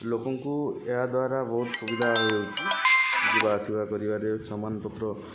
ଲୋକଙ୍କୁ ଏହାଦ୍ୱାରା ବହୁତ ସୁବିଧା ହଉଛି ଯିବା ଆସିବା କରିବାରେ ସମାନପତ୍ର